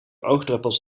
oogdruppels